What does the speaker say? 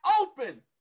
open